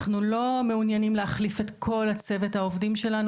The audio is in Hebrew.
אנחנו לא מעוניינים להחליף את כל צוות העובדים שלנו,